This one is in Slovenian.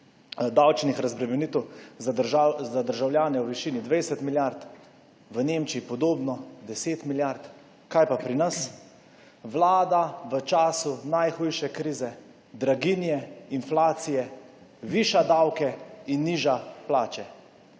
davčnih razbremenitev za državljane v višini 20 milijard, v Nemčiji podobno, v višini 10 milijard. Kaj pa pri nas? Vlada v času najhujše krize, draginje, inflacije, viša davke in niža plače.